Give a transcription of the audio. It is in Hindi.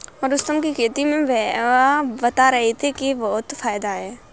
मशरूम की खेती में भैया बता रहे थे कि बहुत फायदा है